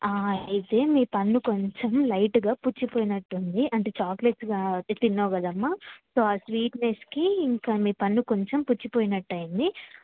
అయితే మీ పన్న కొంచెం లైట్గా పుచ్చిపోయినట్టుంది అంటే చాకలేట్స్ అతి తిన్నావ్ కదమ్మా సో ఆ స్వీట్నెస్కి ఇంకా మీ పన్ను కొంచెం పుచ్చిపోయినట్టయింది